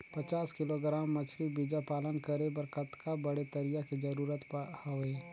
पचास किलोग्राम मछरी बीजा पालन करे बर कतका बड़े तरिया के जरूरत हवय?